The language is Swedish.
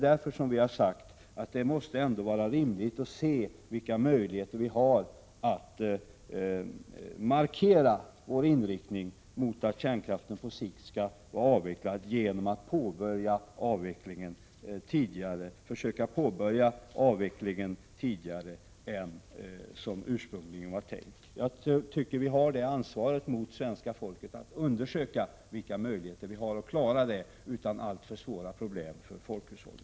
Därför har vi sagt att det måste vara rimligt att se vilka möjligheter vi har att markera vår inriktning mot att kärnkraften på sikt skall vara avvecklad genom att försöka påbörja avvecklingen tidigare än som ursprungligen var tänkt. Vi tycker att vi har det ansvaret mot svenska folket att undersöka vilka möjligheter vi har att klara det, utan alltför svåra problem för folkhushållet.